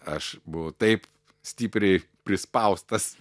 aš buvau taip stipriai prispaustas